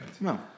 No